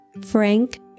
Frank